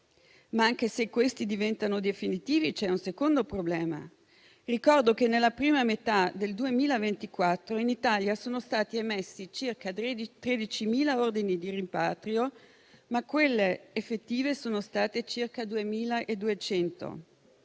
Anche se però questi diventano definitivi, c'è un secondo problema: ricordo che nella prima metà del 2024 in Italia sono stati emessi circa 13.000 ordini di rimpatrio, ma quelli effettivi sono stati circa 2.200.